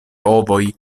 ovoj